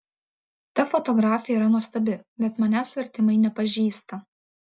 ta fotografė yra nuostabi bet manęs artimai nepažįsta